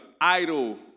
idol